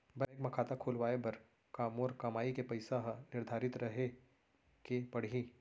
Bank म खाता खुलवाये बर का मोर कमाई के पइसा ह निर्धारित रहे के पड़ही?